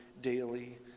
daily